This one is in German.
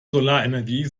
solarenergie